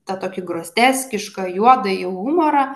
tą tokį groteskišką juodąjį humorą